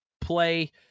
play